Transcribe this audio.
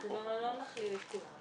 לא נכליל את כולם,